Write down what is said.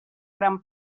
gran